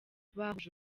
bahuje